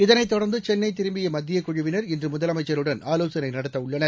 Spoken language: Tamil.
இதனைத் தொடர்ந்து சென்னை திரும்பிய மத்தியக் குழுவினர் இன்று முதலமைச்சருடன் ஆலோசனை நடத்த உள்ளனர்